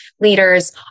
leaders